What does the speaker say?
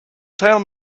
tell